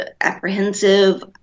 apprehensive